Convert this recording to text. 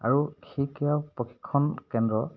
আৰু প্ৰশিক্ষণ কেন্দ্ৰ